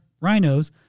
rhinos